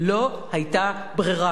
לא היתה ברירה,